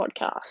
Podcast